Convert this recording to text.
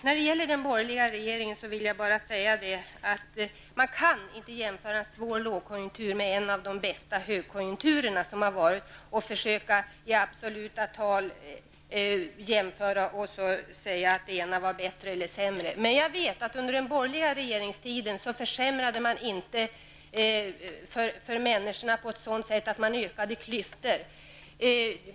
När det gäller den borgerliga regeringen vill jag bara säga att man inte kan jämföra en svår lågkonjunktur med en av de bästa högkonjunkturer som varit och försöka i absoluta tal jämföra och säga att det ena var bättre eller sämre. Jag vet att under den borgerliga regeringstiden försämrade man inte för människorna på ett sådant sätt att man ökade klyftor.